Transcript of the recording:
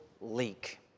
leak